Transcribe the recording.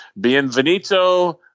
Bienvenido